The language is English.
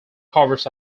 covers